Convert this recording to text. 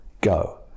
go